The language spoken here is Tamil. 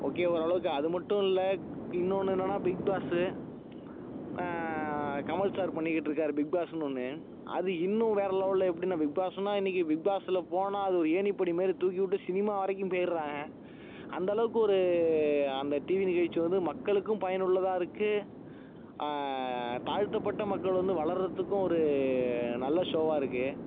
ஓகே ஓரளவுக்கு அது மட்டும் இல்லை இன்னொன்று என்னன்னா பிக்பாஸ்ஸு கமல் சார் பண்ணிக்கிட்டிருக்காரு பிக்பாஸுனு ஒன்று அது இன்னும் வேறு லெவலில் எப்படினா பிக்பாஸுனா இன்றைக்கி பிக்பாஸில் போனால் அது ஒரு ஏணிப்படி மாதிரி தூக்கிவிட்டு சினிமா வரைக்கும் போயிடறாங்க அந்தளவுக்கு ஒரு அந்த டிவி நிகழ்ச்சி வந்து மக்களுக்கும் பயனுள்ளதாக இருக்குது தாழ்த்தப்பட்ட மக்கள் வந்து வளரத்துக்கும் ஒரு நல்ல ஷோவாக இருக்குது